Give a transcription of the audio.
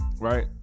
right